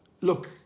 Look